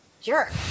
Jerk